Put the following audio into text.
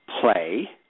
play